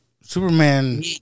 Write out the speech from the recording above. Superman